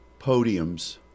podiums